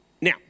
Now